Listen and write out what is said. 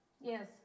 Yes